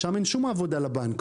שם אין שום עבודה לבנק,